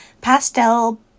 pastel